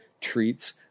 treats